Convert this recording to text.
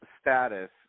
status